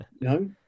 No